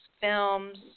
films